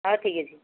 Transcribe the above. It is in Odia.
ହଉ ଠିକ୍ ଅଛି